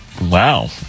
wow